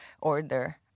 order